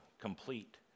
complete